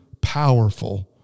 powerful